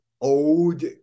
old